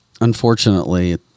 Unfortunately